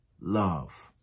love